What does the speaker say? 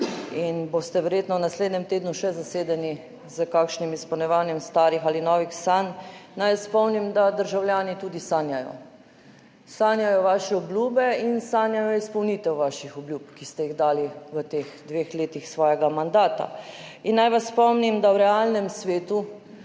in boste verjetno v naslednjem tednu še zasedeni s kakšnim izpolnjevanjem starih ali novih sanj, naj spomnim, da državljani tudi sanjajo. Sanjajo vaše obljube in sanjajo izpolnitev vaših obljub, ki ste jih dali v teh dveh letih svojega mandata. In naj vas spomnim, da v realnem svetu